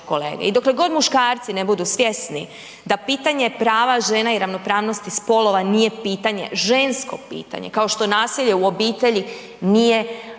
kolege. I dokle god muškarci ne budu svjesni da pitanje prava žena i ravnopravnosti spolova nije pitanje, žensko pitanje, kao što nasilje u obitelji nije